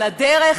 על הדרך,